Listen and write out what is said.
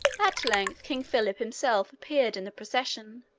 at length king philip himself appeared in the procession.